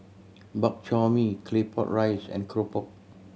Bak Chor Mee Claypot Rice and keropok